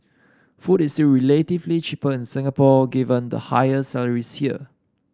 food is relatively cheaper in Singapore given the higher salaries here